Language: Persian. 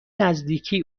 نزدیکی